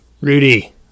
Rudy